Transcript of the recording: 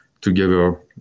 together